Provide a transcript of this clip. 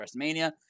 WrestleMania